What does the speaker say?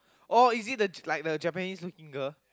oh is it the j~ like the Japanese looking girl